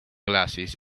glasses